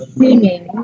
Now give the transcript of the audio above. singing